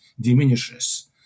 diminishes